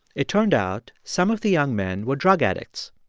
it turned out some of the young men were drug addicts.